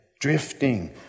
Drifting